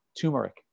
turmeric